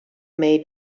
may